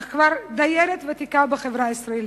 אך כבר דיירת ותיקה בחברה הישראלית.